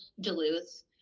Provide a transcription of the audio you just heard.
Duluth